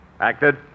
Acted